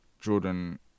Jordan